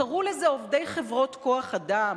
קראו לזה "עובדי חברות כוח-אדם",